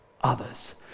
others